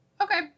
Okay